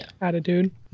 attitude